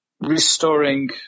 restoring